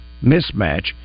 mismatch